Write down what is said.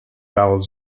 bell